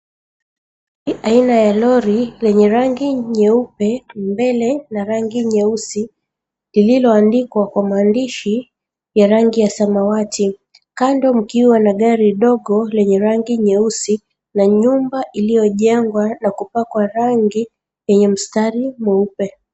Aina ya lori lenye rangi nyeupe mbele, na rangi nyeusi, ililoandikwa kwa maandishi ya rangi ya samawati. Kando mkiwa na gari dogo lenye rangi nyeusi, na nyumba iliyojengwa na kupakwa rangi yenye mstari mweupe.